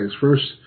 First